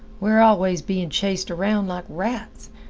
we're always being chased around like rats!